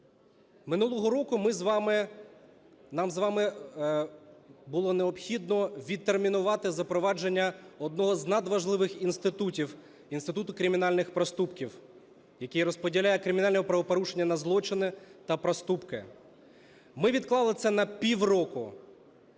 Минулого року нам з вами було необхідно відтермінувати запровадження одного з надважливих інститутів - інституту кримінальних проступків, який розподіляє кримінальні правопорушення на злочини та проступки. Ми відклали це на півроку.